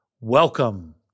Welcome